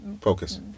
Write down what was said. focus